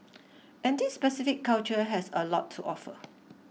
and this specific culture has a lot to offer